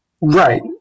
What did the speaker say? Right